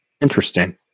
Interesting